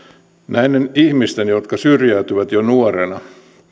näiden ihmisten jotka syrjäytyvät jo nuorena